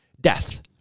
Death